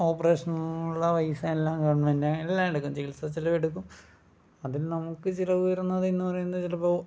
operation ഉള്ള പൈസ എല്ലാം ഗവൺമെൻറ് എല്ലാം എടുക്കും ചികിത്സ ചിലവ് എടുക്കും അതിൽ നമുക്ക് ചിലവ് വരുന്നത് എന്ന് പറയുന്നത് ചിലപ്പോൾ